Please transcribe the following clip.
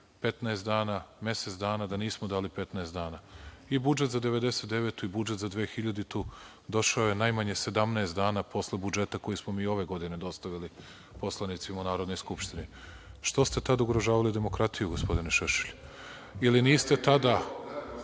15 dana, mesec dana, da nismo dali 15 dana. I budžet za 1999. i budžet za 2000. godinu došao je najmanje 17 dana posle budžeta koji smo mi ove godine dostavili poslanicima u Narodnoj skupštini. Što ste tada ugrožavali demokratiju, gospodine Šešelj?(Vojislav